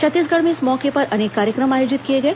छत्तीसगढ़ में इस मौके पर अनेक कार्यक्रम आयोजित किए गए